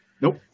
Nope